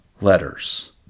letters